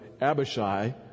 Abishai